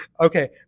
Okay